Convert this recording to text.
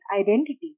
identity